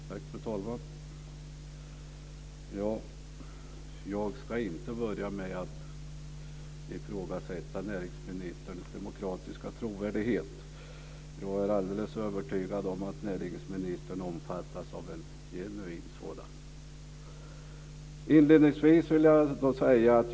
Fru talman! Jag ska inte börja med att ifrågasätta näringsministerns demokratiska trovärdighet. Jag är alldeles övertygad om att näringsministern omfattas av en genuin sådan.